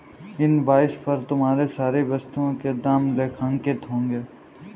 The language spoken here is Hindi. इन्वॉइस पर तुम्हारे सारी वस्तुओं के दाम लेखांकित होंगे